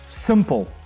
Simple